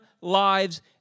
lives